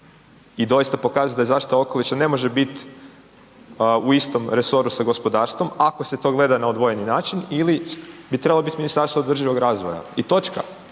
i doista pokazati da zaštita okoliša ne može biti u istom resoru sa gospodarstvom, ako se to gleda na odvojeni način ili bi trebalo biti Ministarstvo održivog razvoja i točka.